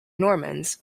normans